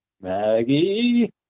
Maggie